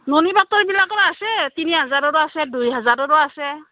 নুনি পাটৰবিলাকো আছে তিনি হাজাৰৰো আছে দুই হাজাৰৰো আছে